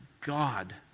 God